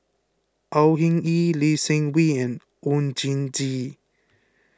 Au Hing Yee Lee Seng Wee and Oon Jin Gee